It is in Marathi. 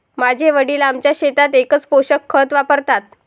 माझे वडील आमच्या शेतात एकच पोषक खत वापरतात